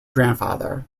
grandfather